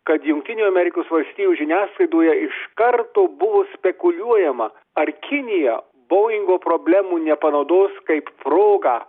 kad jungtinių amerikos valstijų žiniasklaidoje iš karto buvo spekuliuojama ar kinija boingo problemų nepanaudos kaip progą